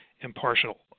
impartial